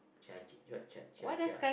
jia what jia jia